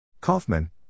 Kaufman